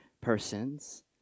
persons